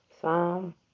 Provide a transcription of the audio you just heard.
Psalm